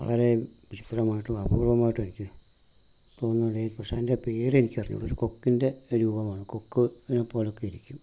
വളരെ വിചിത്രമായിട്ടും അപൂർവ്വമായിട്ടും എനിക്ക് തോന്നുകയും പക്ഷേ അതിൻ്റെ പേര് എനിക്ക് അറിഞ്ഞുകൂടാ ഒരു കൊക്കിൻ്റെ രൂപമാണ് കൊക്കിനെ പോലെയൊക്കെ ഇരിക്കും